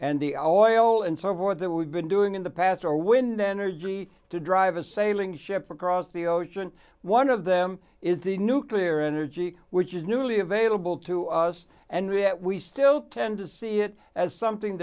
and the our oil and so forth that we've been doing in the past our wind energy to drive a sailing ship across the ocean one of them is the nuclear energy which is newly available to us and react we still tend to see it as something